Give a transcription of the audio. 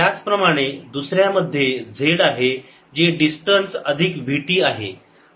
त्याचप्रमाणे दुसऱ्या मध्ये z आहे जे डिस्टन्स अधिक vt आहे